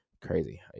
Crazy